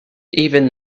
even